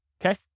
Okay